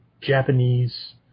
Japanese